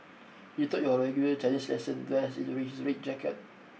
he taught your regular Chinese lesson dressed in his red jacket